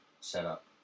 setup